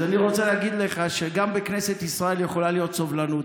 אז אני רוצה להגיד לך שגם בכנסת ישראל יכולה להיות סובלנות,